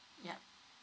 yup